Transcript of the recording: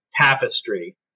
tapestry